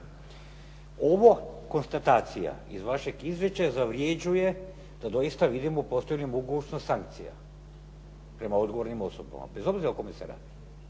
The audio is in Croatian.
Ova konstatacija iz vašeg izvješća zavređuje da dosta vidimo postoji li mogućnost sankcija prema odgovornim sankcijama, bez obzira o kome se radi.